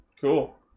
Cool